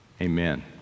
Amen